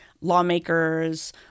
lawmakers